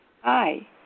Hi